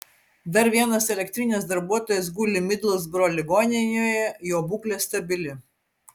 dar vienas elektrinės darbuotojas guli midlsbro ligoninėje jo būklė stabili